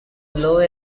lower